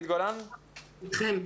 אכן.